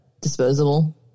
disposable